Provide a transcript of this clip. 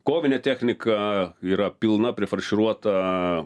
kovinė technika yra pilna prifarširuota